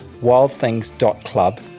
wildthings.club